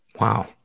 Wow